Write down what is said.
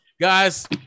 guys